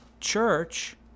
church